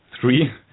three